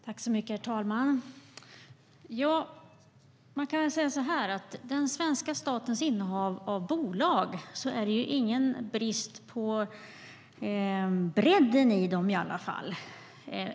Herr talman! Man kan säga att det inte är någon brist på bredden i den svenska statens innehav av bolag.